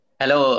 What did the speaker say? hello